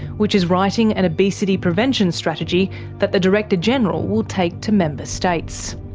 which is writing an obesity prevention strategy that the director-general will take to member states.